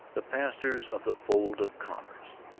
the pastors of the fold of commerce.